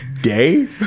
day